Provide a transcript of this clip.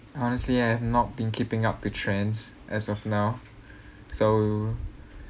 honestly I've not been keeping up the trends as of now so